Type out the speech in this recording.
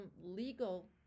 legal